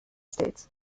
states